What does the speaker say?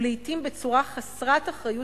ולעתים בצורה חסרת אחריות,